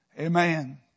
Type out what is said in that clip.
Amen